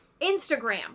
Instagram